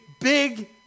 big